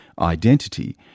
identity